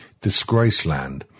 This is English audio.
Disgraceland